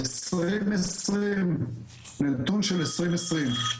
נתון של 2020,